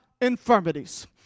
infirmities